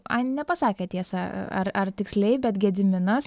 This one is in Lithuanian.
ai nepasakė tiesa ar ar tiksliai bet gediminas